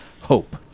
hope